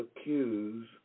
accuse